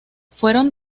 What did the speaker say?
fueron